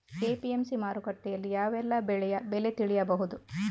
APMC ಮಾರುಕಟ್ಟೆಯಲ್ಲಿ ಯಾವೆಲ್ಲಾ ಬೆಳೆಯ ಬೆಲೆ ತಿಳಿಬಹುದು?